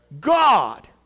God